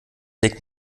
legt